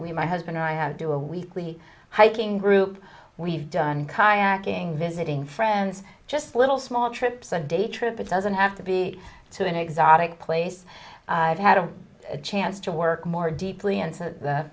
my husband and i have to do a weekly hiking group we've done kayaking visiting friends just little small trips a day trip it doesn't have to be to an exotic place i've had a chance to work more deeply into the